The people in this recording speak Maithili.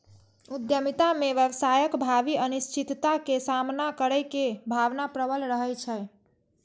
उद्यमिता मे व्यवसायक भावी अनिश्चितता के सामना करै के भावना प्रबल रहै छै